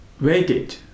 Waited